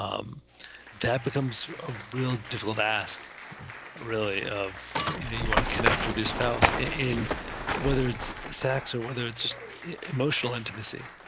um that becomes a real difficult ask really of you want to connect with your spouse in whether it's sex or whether it's just emotional intimacy.